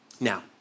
Now